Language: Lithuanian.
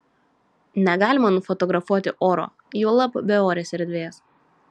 negalima nufotografuoti oro juolab beorės erdvės